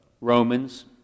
Romans